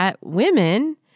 women